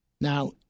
Now